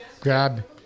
grab